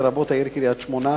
לרבות העיר קריית-שמונה,